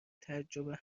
تعجب